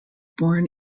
born